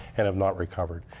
and have not recovered.